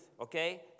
okay